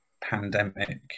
pandemic